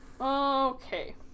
Okay